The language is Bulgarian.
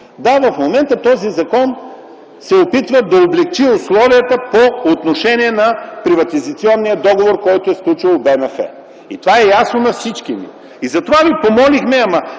В момента този закон се опитва да облекчи условията по отношение на приватизационния договор, който е сключил БМФ. Това е ясно на всички и затова ви помолихме,